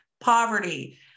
poverty